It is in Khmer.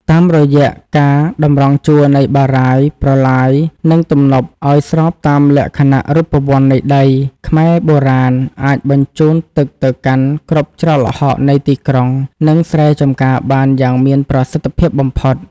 តាមរយៈការតម្រង់ជួរនៃបារាយណ៍ ប្រឡាយ និងទំនប់ឱ្យស្របតាមលក្ខណៈរូបវន្តនៃដី ខ្មែរបុរាណអាចបញ្ជូនទឹកទៅកាន់គ្រប់ច្រកល្ហកនៃទីក្រុង និងស្រែចម្ការបានយ៉ាងមានប្រសិទ្ធភាពបំផុត។